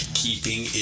keeping